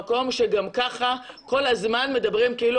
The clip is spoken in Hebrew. אנחנו נמצאים במקום שגם ככה כל הזמן מדברים כאילו